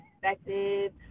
perspective